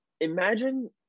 imagine